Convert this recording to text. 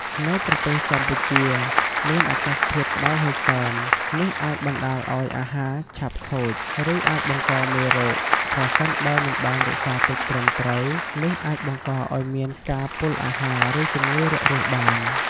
នៅប្រទេសកម្ពុជាមានអាកាសធាតុក្តៅហើយសើម នេះអាចបណ្តាលឱ្យអាហារឆាប់ខូច ឬ អាចបង្កមេរោគ ប្រសិនបើមិនបានរក្សាទុកត្រឹមត្រូវ នេះអាចបង្កឱ្យមានការពុលអាហារឬជំងឺរាករូសបាន។